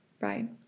Right